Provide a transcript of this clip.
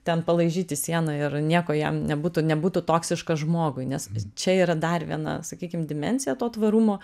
ten palaižyti sieną ir nieko jam nebūtų nebūtų toksiška žmogui nes čia yra dar viena sakykim dimensija to tvarumo